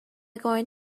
going